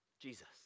Jesus